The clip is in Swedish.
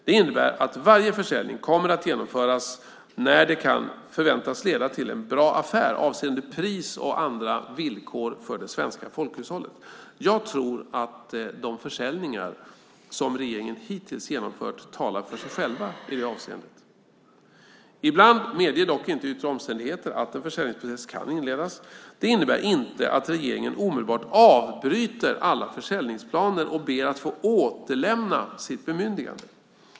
Det innebär att varje försäljning kommer att genomföras när det kan förväntas leda till en bra affär avseende pris och andra villkor för det svenska folkhushållet. Jag tror att de försäljningar som regeringen hittills genomfört talar för sig själva i det avseendet. Ibland medger dock inte yttre omständigheter att en försäljningsprocess kan inledas. Det innebär inte att regeringen omedelbart avbryter alla försäljningsplaner och ber att få återlämna sitt bemyndigande.